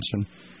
attention